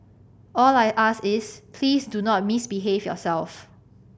all I ask is please do not misbehave yourself